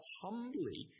humbly